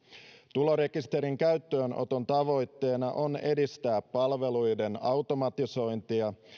tulorekisterin käyttöönoton tavoitteena on edistää palveluiden automatisointia